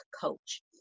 coach